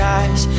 eyes